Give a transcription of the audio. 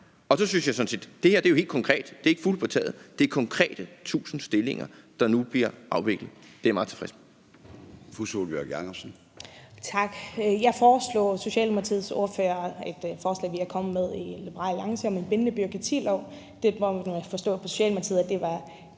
set, at vi er på vej. Det her er jo helt konkret. Det er ikke fugle på taget; det er 1.000 konkrete stillinger, der nu bliver afviklet. Det er jeg meget tilfreds med.